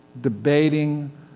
debating